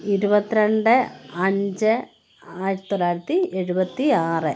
ഇരുപത്തിരണ്ട് അഞ്ച് ആയിരത്തി തൊള്ളായിരത്തി എഴുപത്തി ആറ്